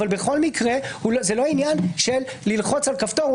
אבל בכל מקרה זה לא עניין של לחיצה על כפתור,